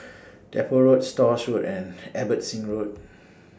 Depot Road Stores Road and Abbotsingh Road